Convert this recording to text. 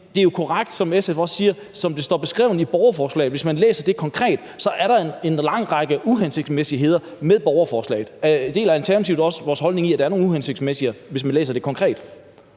det er jo korrekt, som SF også siger, at som det står beskrevet i borgerforslaget, hvis man læser det konkret, så er der en lang række uhensigtsmæssigheder. Deler Alternativet vores holdning om, at der er nogle uhensigtsmæssigheder, hvis man læser det konkret?